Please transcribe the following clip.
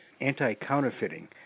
anti-counterfeiting